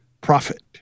profit